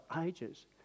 ages